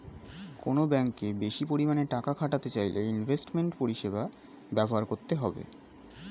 কোনো ব্যাঙ্কে বেশি পরিমাণে টাকা খাটাতে চাইলে ইনভেস্টমেন্ট পরিষেবা ব্যবহার করতে হবে